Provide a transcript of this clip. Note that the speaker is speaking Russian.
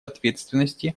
ответственности